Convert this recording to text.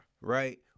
right